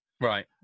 Right